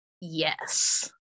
yes